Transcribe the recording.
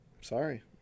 sorry